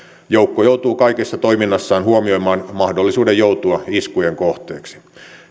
joukkue joutuu kaikessa toiminnassaan huomioimaan mahdollisuuden joutua iskujen kohteeksi